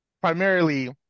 primarily